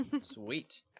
Sweet